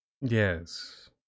Yes